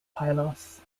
pylos